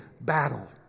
battle